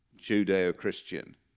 Judeo-Christian